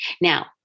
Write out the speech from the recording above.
Now